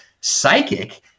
psychic